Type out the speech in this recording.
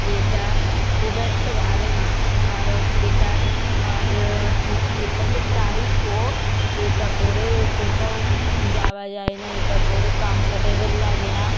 এটা খুব একটা ভালো না কারণ এটার আর এটা খুব টাইট ও এটা পরে কোথাও যাওয়া যায় না এটা পরে কমফর্টেবল লাগে না